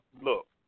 Look